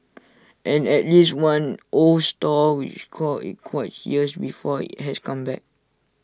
and at least one old stall which called IT quits years before IT has come back